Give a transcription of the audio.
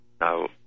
Now